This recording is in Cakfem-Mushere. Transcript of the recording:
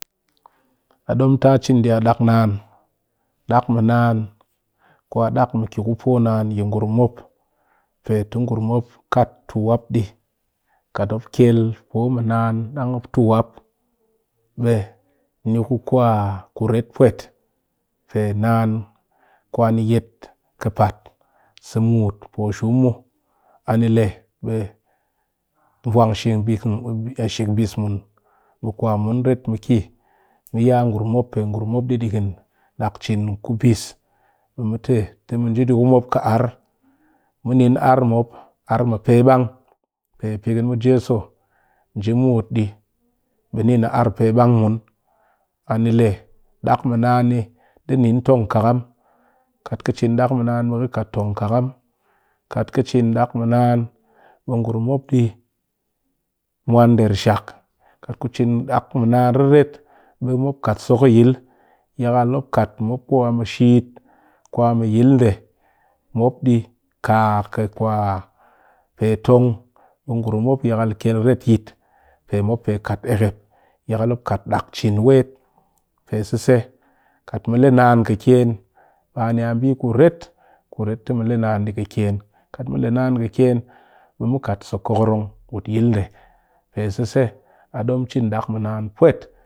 A dom ta cin di dak naan dak mɨ naan kwa dak mi ki ku poo naan yi ngurum mop pe te ngurum mop kat tuwap di kat mop kyel poo mɨ naan dang mop tuwap kat mop kyel poo mɨ naan dang mop tuwap be bi ni ku kuret pwet pe naan kwa ni yet kɨpat sa muut pu shum mu ani le be vwang shikbis mun be kwamun ret mu ki mu ya ngurum mop pe ngurum mop di dighin cin kubis be mu te nje mop ki mu nin ar mop ar mɨ pebang pe pɨkin mu jeso nje muut di be nin a arr pebang mun anle dak mɨ naan ni di nin tong kahkam kat ka cin dak mi naan be ki kat tong khakam kat ki cin dak mɨ naan be ngurum mop di mwan der shak kat ki cin dak mɨ naan reret bi mop kat so kɨ yil yakal mop kat mop ku mop a mɨ shit kwa mɨ yil nde mop di kaa kɨ peton be ngurum mop yakal mop kat dak cin wet pe sese kat mu le naan kɨ ken ma niya bi kuret biu mu so kokorong.